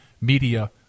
media